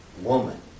woman